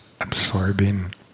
absorbing